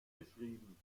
geschrieben